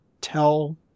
tell